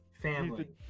Family